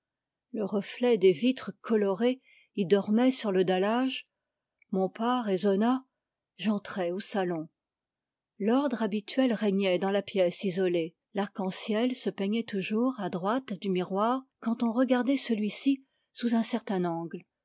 le reflet des vitres colorées y dormait sur le dallage mon pas résonna j'entrai au salon l'ordre habituel régnait dans la pièce isolée l'arc-en-ciel se peignait toujours à droite du miroir quand on regardait celui-ci sous un certain angle